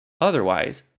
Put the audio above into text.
Otherwise